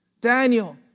Daniel